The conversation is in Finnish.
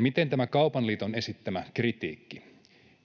miten tämä Kaupan liiton esittämä kritiikki?